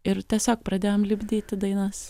ir tiesiog pradėjom lipdyti dainas